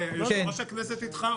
יושב-ראש הכנסת איתך,